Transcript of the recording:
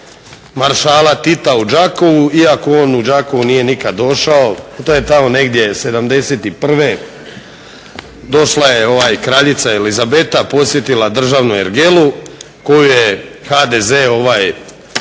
maršala Tita u Đakovu iako on u Đakovo nije nikad došao, to je tamo negdje '71. Došla je kraljica Elizabeta, posjetila državnu ergelu koju je HDZ uništio